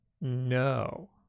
No